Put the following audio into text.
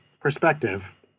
perspective